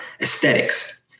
Aesthetics